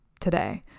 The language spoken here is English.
today